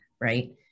right